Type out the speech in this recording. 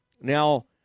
Now